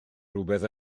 rhywbeth